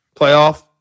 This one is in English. playoff